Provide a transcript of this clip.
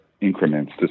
increments